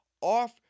off